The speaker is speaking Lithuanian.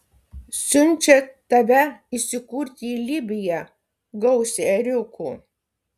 siunčia tave įsikurti į libiją gausią ėriukų